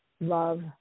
love